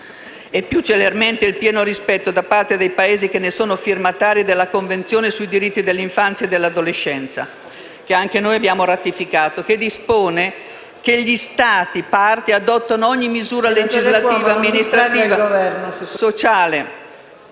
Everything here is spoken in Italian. e più celermente, il pieno rispetto, da parte dei Paesi che ne sono firmatari, della Convenzione sui diritti dell'infanzia e dell'adolescenza, che anche noi abbiamo ratificato. Essa dispone che «gli Stati parte adottano ogni misura legislativa, amministrativa, sociale